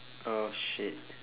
oh shit